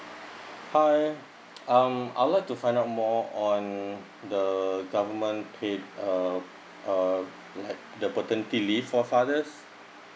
hi um I would like to find out more on the government pay uh uh the the paternity leave for fathers